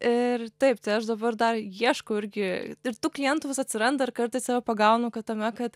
ir taip tai aš dabar dar ieškau irgi ir tų klientų vis atsiranda ir kartais save pagaunu kad tame kad